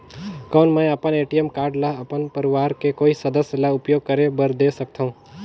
कौन मैं अपन ए.टी.एम कारड ल अपन परवार के कोई सदस्य ल उपयोग करे बर दे सकथव?